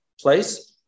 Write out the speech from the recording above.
place